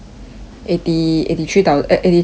eighty eighty three thou~ eh eighty three million